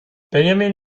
benjamin